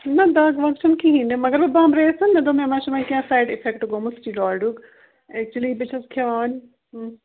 نہَ دَگ وَگ چھَنہٕ کِہیٖنۍ نہٕ مگر بہٕ بامبرییَس مےٚ دوٚپ مےٚ ما چھُ وۅنۍ کیٚنٛہہ سایڈ اِفٮ۪کٹہٕ گوٚمُت سِٹیراڈُک اٮ۪کچُؤلی بہٕ چھَس کھٮ۪وان